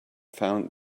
found